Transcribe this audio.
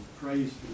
praise